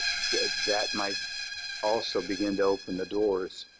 that might also begin to open the doors.